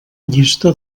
llista